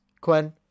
Quinn